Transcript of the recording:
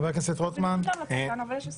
של חבר הכנסת רם בן ברק וקבוצת חברי הכנסת.